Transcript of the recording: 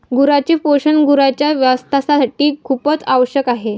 गुरांच पोषण गुरांच्या स्वास्थासाठी खूपच आवश्यक आहे